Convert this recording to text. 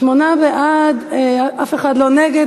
שמונה בעד, אף אחד לא נגד.